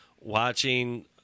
watching